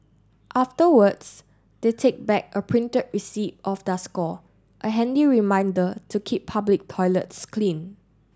afterwards they take back a printed receipt of their score a handy reminder to keep public toilets clean